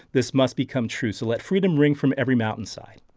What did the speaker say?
this must become true. so let freedom ring from every mountainside.